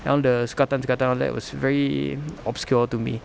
and all the sukatan-sukatan all that was very obscure to me